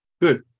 Good